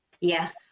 Yes